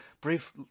brief